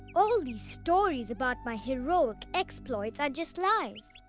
all of these stories about my heroic exploits are just lies.